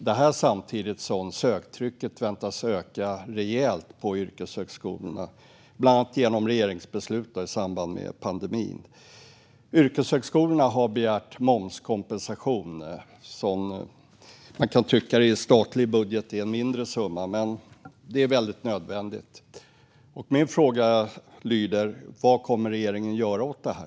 Detta sker samtidigt som söktrycket väntas öka rejält på yrkeshögskolorna, bland annat genom regeringsbeslut i samband med pandemin. Yrkeshögskolorna har begärt momskompensation, som man kan tycka är en mindre summa i en statlig budget. Det är väldigt nödvändigt. Min fråga lyder: Vad kommer regeringen att göra åt detta?